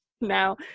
now